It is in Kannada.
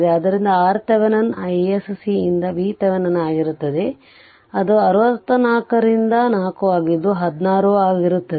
ಆದ್ದರಿಂದ RThevenin isc ಯಿಂದ VThevenin ಆಗಿರುತ್ತದೆ ಅದು 64 ರಿಂದ 4 ಆಗಿದ್ದು ಅದು 16 ಆಗಿರುತ್ತದೆ